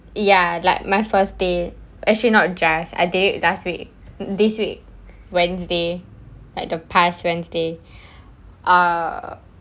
ya like my first day actually not just I did it last week this week wednesday like the past wednesday uh